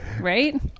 right